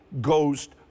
Ghost